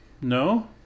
No